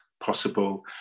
possible